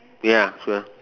ya sure